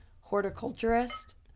horticulturist